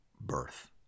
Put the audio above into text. birth